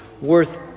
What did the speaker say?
worth